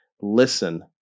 listen